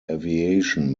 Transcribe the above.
aviation